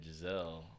Giselle